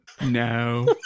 no